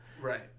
Right